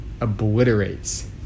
obliterates